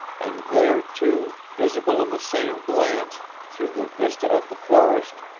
and there, too, visible in the same glance, through the vista of the forest,